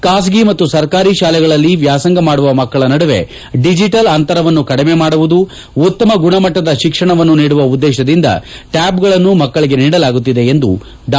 ಖಾಸಗಿ ಮತ್ತು ಸರಕಾರಿ ಶಾಲೆಗಳಲ್ಲಿ ವ್ಯಾಸಂಗ ಮಾಡುವ ಮಕ್ಕಳ ನಡುವೆ ಡಿಜಟಲ್ ಅಂತರವನ್ನು ಕಡಿಮೆ ಮಾಡುವುದು ಉತ್ತಮ ಗುಣಮಟ್ಟದ ಶಿಕ್ಷಣವನ್ನು ನೀಡುವ ಉದ್ದೇಶದಿಂದ ಟ್ಕಾಬ್ಗಳನ್ನು ಮಕ್ಕಳಿಗೆ ನೀಡಲಾಗುತ್ತಿದೆ ಎಂದು ಡಾ